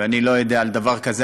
ואני לא יודע על דבר כזה.